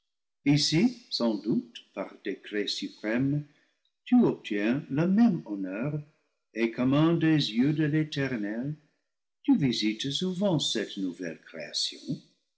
ici sans doute par décret suprême tu obtiens le même honneur et comme un des yeux de l'eternel tu visités sou vent cette nouvelle création